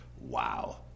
wow